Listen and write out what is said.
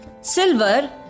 Silver